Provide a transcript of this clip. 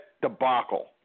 debacle